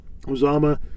Uzama